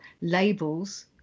labels